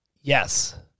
Yes